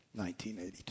1982